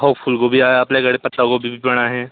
हो फुल गोबी आहे आपल्याकडे पत्ता कोबी पण आहे